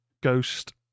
ghost